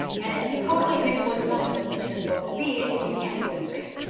and it's totally inexplicable what this image is supposed to be if you can't see the screen.